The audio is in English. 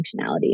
functionality